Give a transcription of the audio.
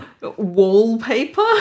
Wallpaper